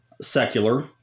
secular